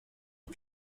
aux